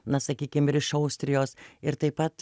na sakykim ir iš austrijos ir taip pat